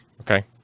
okay